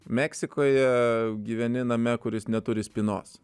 meksikoje gyveni name kuris neturi spynos